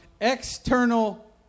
external